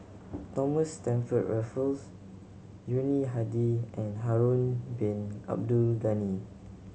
Thomas Stamford Raffles Yuni Hadi and Harun Bin Abdul Ghani